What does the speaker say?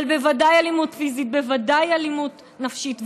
אבל בוודאי אלימות פיזית, בוודאי אלימות נפשית.